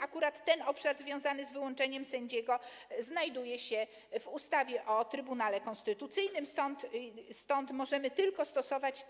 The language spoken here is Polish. Akurat obszar związany z wyłączeniem sędziego znajduje się w ustawie o Trybunale Konstytucyjnym, stąd możemy stosować